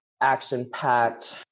action-packed